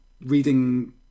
reading